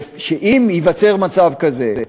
שאם ייווצר מצב כזה,